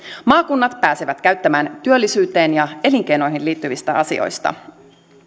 maakunnat pääsevät päättämään työllisyyteen ja elinkeinoihin liittyvistä asioista